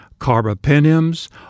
carbapenems